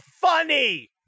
funny